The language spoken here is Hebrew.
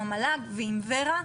עם המל"ג ועם ור"ה,